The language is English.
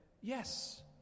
yes